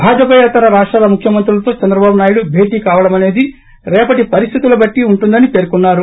భాజాపాయేతర రాష్టాల ముఖ్యమంత్రులతో చంద్రబాబు నాయుడు భేటీ కావడమనేది రేపటి పరిస్లితుల బట్లి ఉంటుందని పర్కొన్నారు